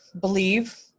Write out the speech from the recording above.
believe